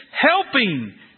helping